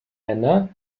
männer